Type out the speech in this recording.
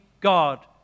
God